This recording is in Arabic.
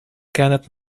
كانت